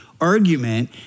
argument